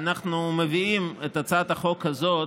אנחנו מביאים את הצעת החוק הזאת